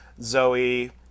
Zoe